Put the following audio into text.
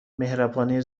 مهربانی